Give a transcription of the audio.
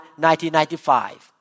1995